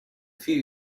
few